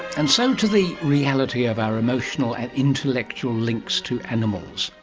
and so to the reality of our emotional and intellectual links to animals,